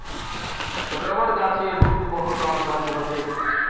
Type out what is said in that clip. rubber गाछेर दूध बहुत लाभकारी ह छेक